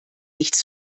nichts